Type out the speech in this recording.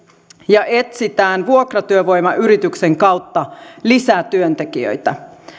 ja etsitään vuokratyövoimayrityksen kautta lisätyöntekijöitä